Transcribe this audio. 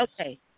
Okay